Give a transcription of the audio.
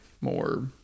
more